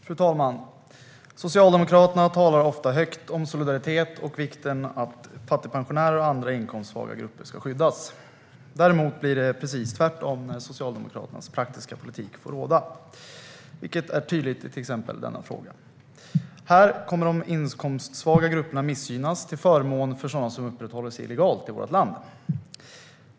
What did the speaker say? Fru talman! Socialdemokraterna talar ofta högt om solidaritet och om vikten av att fattigpensionärer och andra inkomstsvaga grupper ska skyddas. Det blir dock tvärtom när Socialdemokraternas praktiska politik får råda, vilket är tydligt i exempelvis denna fråga. Här missgynnas de inkomstsvaga grupperna till förmån för sådana som uppehåller sig illegalt i vårt land.